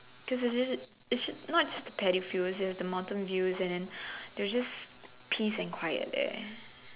cause there's this it's not just the paddy fields there was the mountain views and there was just peace and quiet there